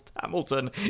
Hamilton